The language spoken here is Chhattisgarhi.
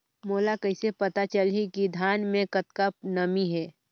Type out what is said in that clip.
मोला कइसे पता चलही की धान मे कतका नमी हे?